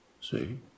See